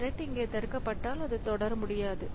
இந்த த்ரெட் இங்கே தடுக்கப்பட்டால் அது தொடர முடியாது